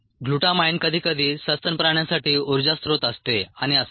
glutamine कधीकधी सस्तन प्राण्यांसाठी उर्जा स्त्रोत असते आणि असेच